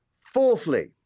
Fourthly